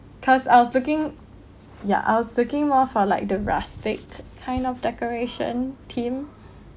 cause I was looking ya I was looking more for like the rustic kind of decoration theme